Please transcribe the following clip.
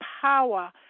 power